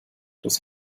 das